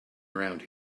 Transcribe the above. around